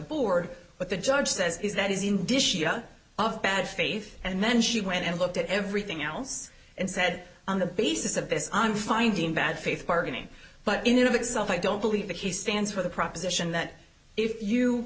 board what the judge says is that is indicia of bad faith and then she went and looked at everything else and said on the basis of this i'm finding bad faith bargaining but in and of itself i don't believe that he stands for the proposition that if you